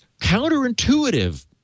counterintuitive